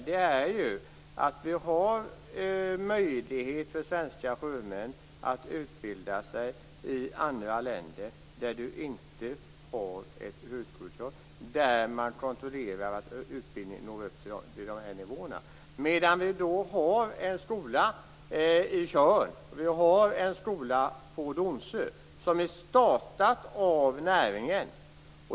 Det finns möjlighet för svenska sjömän att utbilda sig i andra länder, där man inte har högskolekrav men där man kontrollerar att utbildningen når upp till de här nivåerna. Vi har en skola på Tjörn, på Donsö, som är startad av näringen.